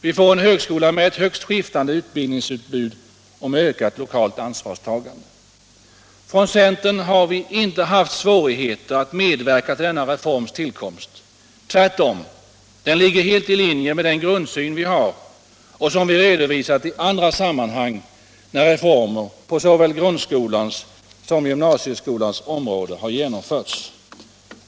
Vi får en högskola med ett högst skiftande utbildningsutbud och med ett ökat lokalt ansvarstagande. Från centern har vi inte haft svårigheter att medverka till denna reforms tillkomst, tvärtom. Reformen ligger helt i linje med den grundsyn vi har och som vi redovisat i andra sammanhang, när reformer på såväl grundskolans som gymnasieskolans område har genomförts.